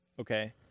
okay